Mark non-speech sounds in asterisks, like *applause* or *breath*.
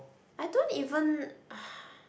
I don't even *breath*